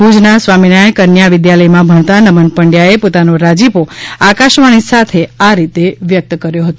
ભુજના સ્વામિનારાયણ કન્યા વિદ્યાલયમાં ભણતા નમન પંડ્યા એ પોતાનો રાજીપો આકાશવાણી સાથે આ રીતે વ્યક્ત કર્યો હતો